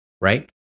Right